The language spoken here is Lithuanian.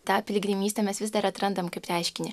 tą piligrimystę mes vis dar atrandam kaip reiškinį